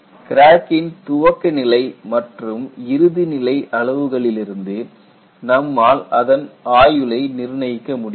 கிராக்கின் துவக்கநிலை மற்றும் இறுதிநிலை அளவுகளிலிருந்து நம்மால் அதன் ஆயுளை நிர்ணயிக்க முடியும்